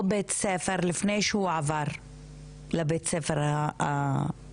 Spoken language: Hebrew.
בית הספר לפני שהוא עבר לבית הספר השני.